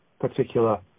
particular